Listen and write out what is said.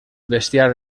bestiar